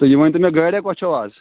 تہٕ یہِ ؤنۍتو مےٚ گٲڑیٛاہ کۄس چھو آز